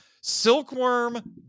silkworm